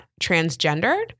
transgendered